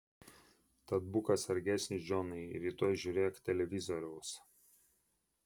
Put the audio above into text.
tad būk atsargesnis džonai ir rytoj žiūrėk televizoriaus